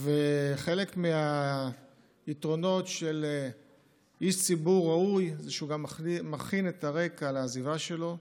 חלק מהיתרונות של איש ציבור ראוי זה שהוא גם מכין את הרקע לעזיבה שלו.